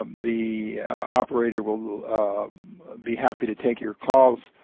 the operator will be happy to take your calls,